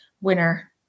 winner